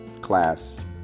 class